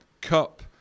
cup